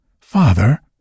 Father